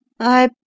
I